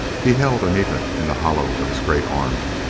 he held anita in the hollow of his great arm.